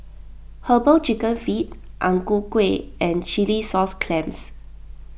Herbal Chicken Feet Ang Ku Kueh and Chilli Sauce Clams